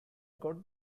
got